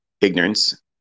ignorance